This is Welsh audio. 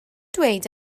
dweud